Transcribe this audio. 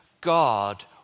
God